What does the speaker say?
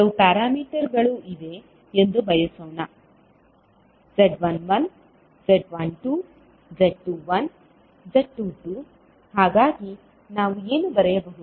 ಕೆಲವು ಪ್ಯಾರಾಮೀಟರ್ಗಳು ಇವೆ ಎಂದು ಭಾವಿಸೋಣ z11z12z21z22 ಹಾಗಾಗಿ ನಾವು ಏನು ಬರೆಯಬಹುದು